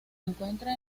encuentra